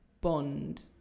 bond